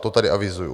To tady avizuji.